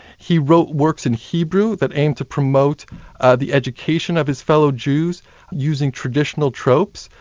he wrote works in hebrew that aimed to promote the education of his fellow jews using traditional tropes,